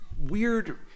weird